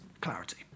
clarity